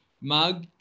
Mug